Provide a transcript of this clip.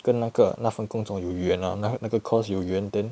跟那个那份工作有缘 lah 那那个 course 有缘 then